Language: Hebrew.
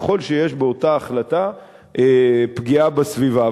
ככל שיש באותה החלטה פגיעה בסביבה.